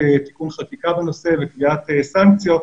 תיקון חקיקה בנושא וקביעת סנקציות.